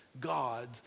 God